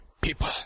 people